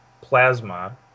plasma